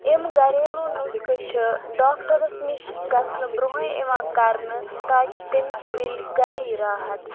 اِم گریلوٗ نُسخہٕ چھِ ڈاکٹرَس نِش گژھنہٕ برونٛہٕے یِوان کَرنہٕ تاکہِ تٔمِس مِلہِ گرے راحت